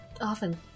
often